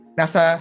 nasa